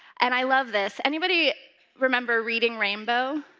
and i love this. anybody remember reading rainbow?